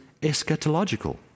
eschatological